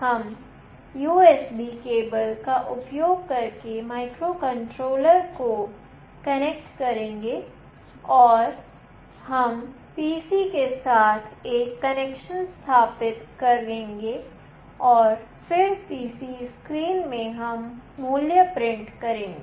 हम USB cable का उपयोग करके माइक्रोकंट्रोलर को कनेक्ट करेंगे और फिर हम PC के साथ एक कनेक्शन स्थापित करेंगे और फिर PC स्क्रीन में हम मूल्य प्रिंट करेंगे